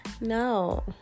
no